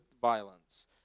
violence